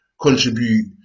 contribute